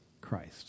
Christ